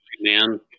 man